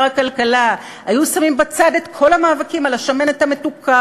הכלכלה היו שמים בצד את כל המאבקים על השמנת המתוקה